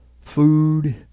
food